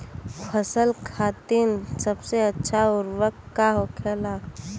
फसल खातीन सबसे अच्छा उर्वरक का होखेला?